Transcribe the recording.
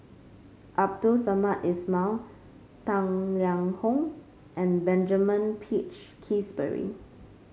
Abdul Samad Ismail Tang Liang Hong and Benjamin Peach Keasberry